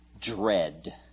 Dread